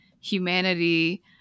humanity